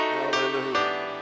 hallelujah